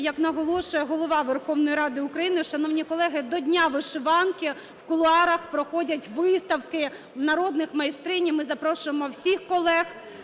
як наголошує Голова Верховної Ради України, шановні колеги, до Дня вишиванки в кулуарах проходять виставки народних майстринь, і ми запрошуємо всіх колег…